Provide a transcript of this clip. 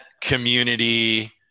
community